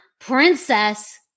princess